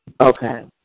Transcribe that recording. Okay